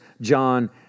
John